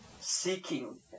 seeking